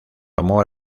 amor